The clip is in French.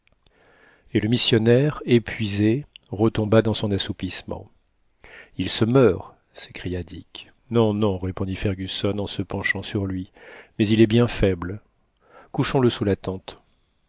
et le missionnaire épuisé retomba dans son assoupissement il se meurt s'écria dick non non répondit fergusson en se penchant sur lui mais il est bien faible couchons le sous la tente